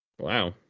Wow